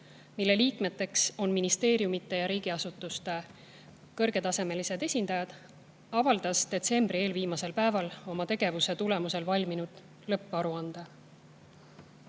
mille liikmed on ministeeriumide ja riigiasutuste kõrgetasemelised esindajad, avaldas detsembri eelviimasel päeval oma tegevuse tulemusel valminud lõpparuande. Töörühm